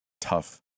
tough